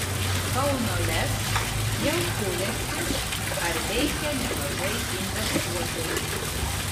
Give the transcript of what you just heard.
kauno lez jau kuriasi ar veikia nemažai investuotojų